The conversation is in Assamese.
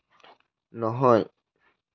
নহয়